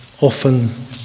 often